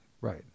Right